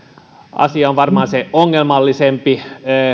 asia on varmaan se ongelmallisempi